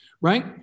Right